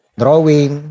drawing